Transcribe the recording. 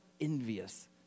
envious